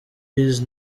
peas